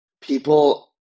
people